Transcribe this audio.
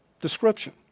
description